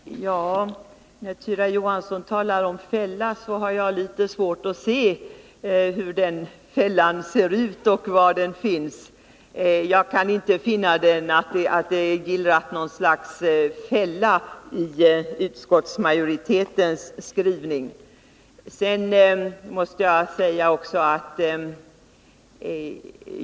Fru talman! Tyra Johansson talar om en fälla, men jag har litet svårt att förstå hur den fällan ser ut och var den finns. Jag kan inte finna att det är gillrat något slags fälla i utskottsmajoritetens skrivning.